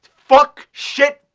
fuck! shit!